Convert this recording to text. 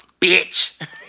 Bitch